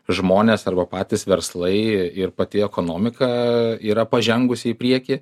žmonės arba patys verslai ir pati ekonomika yra pažengusi į priekį